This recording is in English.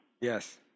Yes